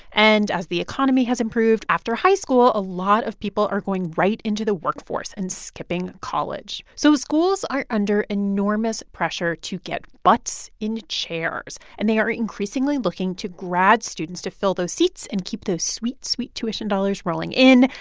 and as the economy has improved, after high school, a lot of people are going right into the workforce and skipping college. so schools are under enormous pressure to get butts in chairs. and they are increasingly looking to grad students to fill those seats and keep those sweet, sweet tuition dollars rolling in.